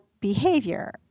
behavior